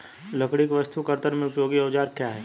लकड़ी की वस्तु के कर्तन में उपयोगी औजार क्या हैं?